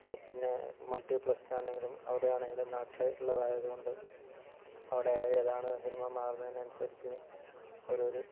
പിന്നെ മൾട്ടിപ്ലക്സിൽ ആണെങ്കിലും അവിടെ ആണെങ്കിലും നാട്ടിലുള്ളതായതുകൊണ്ട് അവിടെ ഏതാണ് സിനിമ മാറുന്നതിനനുസരിച്ച് ഒരോ ഒരു